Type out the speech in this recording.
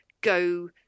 go